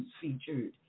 featured